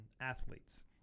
athletes